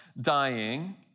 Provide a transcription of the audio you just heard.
dying